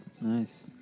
Nice